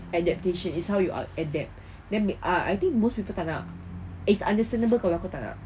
adaptation is how you are ah adapt let me ah I think most people tak nak it's understandable kalau kau tak nak